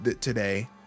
today